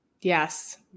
Yes